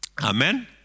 Amen